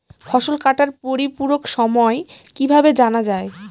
ফসল কাটার পরিপূরক সময় কিভাবে জানা যায়?